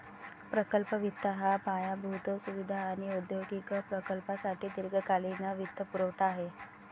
प्रकल्प वित्त हा पायाभूत सुविधा आणि औद्योगिक प्रकल्पांसाठी दीर्घकालीन वित्तपुरवठा आहे